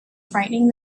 frightening